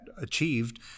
achieved